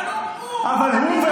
אבל הוא,